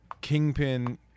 kingpin